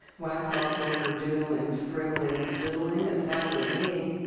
whack off over doodling, scribbling, and fiddling, that's fine with me.